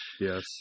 Yes